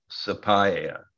sapaya